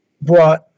brought